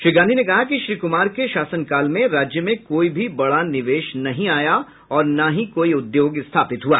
श्री गांधी ने कहा कि श्री कुमार के शासनकाल में राज्य में कोई भी बड़ा निवेश नहीं आया और न ही कोई उद्योग स्थापित हुआ